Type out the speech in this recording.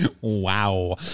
Wow